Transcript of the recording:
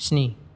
स्नि